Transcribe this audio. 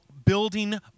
building